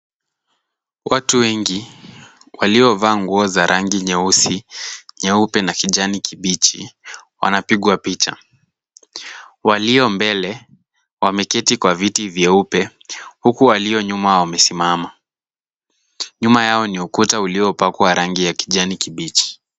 Watu wengi waliovaa nguo za rangi nyeusi, nyeupe na kijani kibichi wanapigwa picha. Waliombele wameketi kwa viti vyeupe huku walio nyuma wamesimama. Nyuma yao ni ukuta uliopakwa rangi ya kijani kibichi.